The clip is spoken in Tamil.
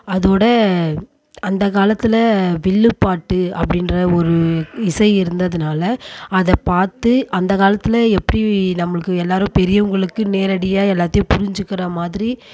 அதோட அந்த காலத்தில் வில்லுப்பாட்டு அப்படின்ற ஒரு இசை இருந்ததுனால அதை பார்த்து அந்த காலத்தில் எப்படி நம்மளுக்கு எல்லாரும் பெரியவங்களுக்கு நேரடியாக எல்லாத்தையும் புரிஞ்சிக்கிறா மாதிரி